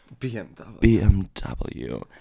BMW